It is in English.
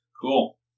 Cool